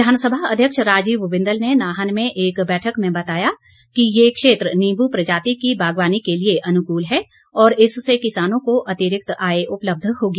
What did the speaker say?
विधानसभा अध्यक्ष राजीव बिंदल ने नाहन में एक बैठक में बताया कि ये क्षेत्र नींबू प्रजाति की बागवानी के लिए अनुकूल है और इससे किसानों को अतिरिक्त आय उपलब्ध होगी